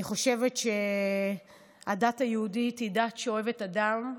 אני חושבת שהדת היהודית היא דת שאוהבת אדם,